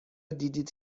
دیدید